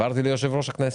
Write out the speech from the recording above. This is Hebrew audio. ליושב-ראש הכנסת,